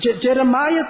Jeremiah